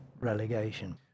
relegation